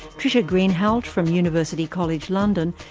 trisha greenhalgh from university college london,